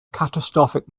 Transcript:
catastrophic